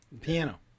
Piano